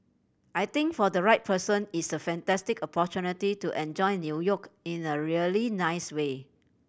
I think for the right person it's a fantastic opportunity to enjoy New York in the really nice way